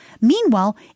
Meanwhile